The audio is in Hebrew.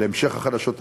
להמשך החדשות המקומיות.